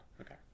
Okay